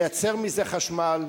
לייצר מזה חשמל,